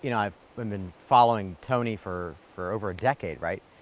you know i've been been following tony for for over a decade, right?